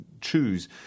choose